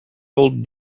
old